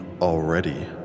already